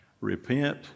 repent